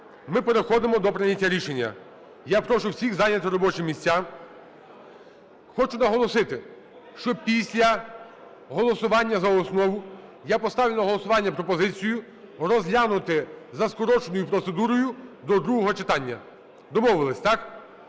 ми переходимо до прийняття рішення. Я прошу всіх зайняти робочі місця. Хочу наголосити, що після голосування за основу я поставлю на голосування пропозицію розглянути за скороченою процедурою до другого читання. Домовились, так?